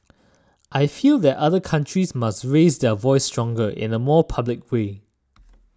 I feel that other countries must raise their voice stronger in a more public way